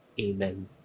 Amen